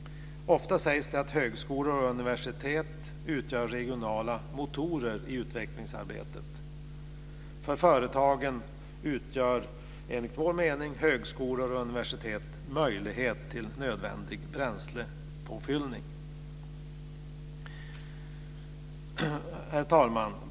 Ofta sägs det att högskolor och universitet utgör regionala motorer i utvecklingsarbetet. För företagen utgör enligt vår mening högskolor och universitet möjligheter till nödvändig bränslepåfyllning. Herr talman!